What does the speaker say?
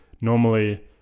normally